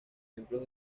ejemplos